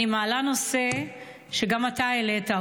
אני מעלה נושא שגם אתה העלית,